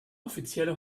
offizielle